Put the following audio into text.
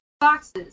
boxes